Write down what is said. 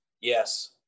Yes